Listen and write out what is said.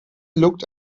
looked